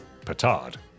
Petard